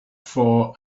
for